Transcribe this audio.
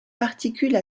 particule